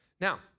Now